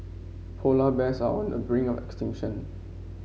polar bears are on the bring of extinction